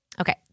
Okay